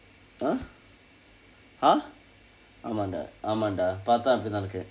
ah !huh! ஆமாம்:aamaam dah ஆமாம்:aamaam dah பார்த்தா அப்படி தான் இருக்கு:paarththaa appadi thaan irukku